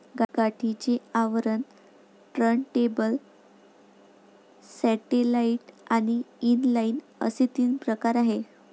गाठीचे आवरण, turntable, satellite आणि इनलाइन असे तीन प्रकार आहे